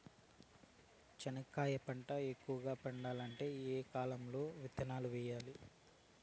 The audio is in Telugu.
చెనక్కాయ పంట ఎక్కువగా పండాలంటే ఏ కాలము లో విత్తనాలు వేయాలి?